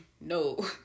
no